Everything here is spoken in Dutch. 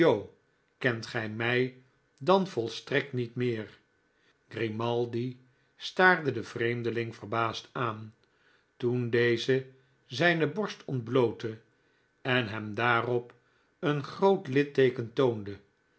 kent gij mij dan volstrekt niet meer grimaldi staarde den vreemdeling verbaasd aan toen deze zijne borst ontblootte en hem daarop een groot litteeken toonde